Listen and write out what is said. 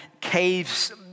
caves